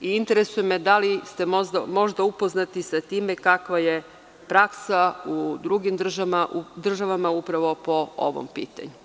Interesuje me da li ste možda upoznati sa tim i kakva je praksa u drugim državama upravo po ovom pitanju?